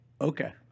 Okay